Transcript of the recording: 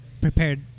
prepared